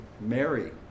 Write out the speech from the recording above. Mary